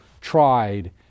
tried